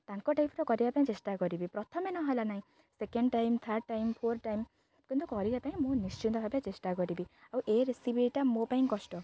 ତାଙ୍କ ଟାଇପ୍ର କରିବା ପାଇଁ ଚେଷ୍ଟା କରିବି ପ୍ରଥମେ ନହେଲା ନାଇଁ second time third time fourth time କିନ୍ତୁ କରିବା ପାଇଁ ମୁଁ ନିଶ୍ଚିନ୍ତ ଭାବେ ଚେଷ୍ଟା କରିବି ଆଉ ଏ ରେସିପିଟା ମୋ ପାଇଁ କଷ୍ଟ